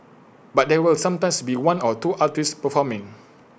but there will sometimes be one or two artists performing